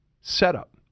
setup